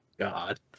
God